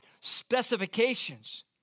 specifications